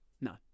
no